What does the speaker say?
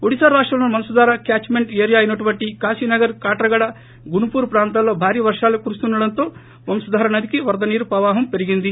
ఒడిశా రాష్టం లోని Vamsadhara catchment area అయినటువంటి కాశీనగర్ కాట్రగడ గుంబుపూర్ ప్రాంతాల్లో భారీ వర్షాలు కురుస్తుండడంతో వంశధార నదికి వరద నీరు ప్రవాహం పెరిగింది